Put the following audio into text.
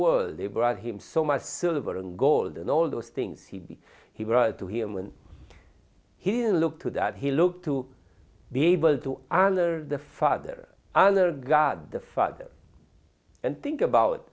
world they brought him so much silver and gold and all those things he he brought to him and he didn't look to that he looked to be able to honor the father other god the father and think about